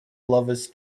lovers